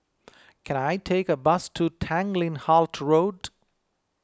can I take a bus to Tanglin Halt Road